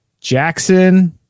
Jackson